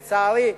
לצערי,